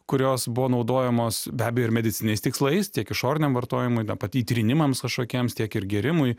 kurios buvo naudojamos be abejo ir medicininiais tikslais tiek išoriniam vartojimui na pat įtrynimams kažkokiems tiek ir gėrimui